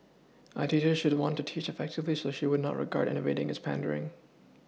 a teacher should want to teach effectively so she would not regard innovating as pandering